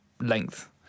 length